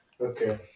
Okay